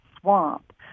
swamp